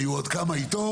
היו עוד כמה איתו.